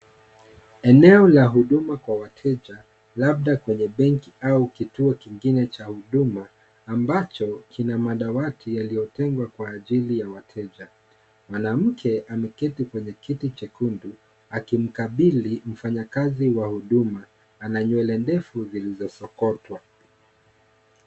Eneo la huduma kwa wateja, labda kwenye benki au kituo kingine cha huduma, ambacho kina madawati yaliyotengwa kwa ajili ya wateja. Mwanamke ameketi kwenye kiti chekundu, akimkabili mfanyakazi wa huduma. Ana nywele ndefu zilizosokotwa.